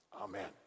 amen